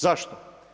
Zašto?